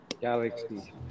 Galaxy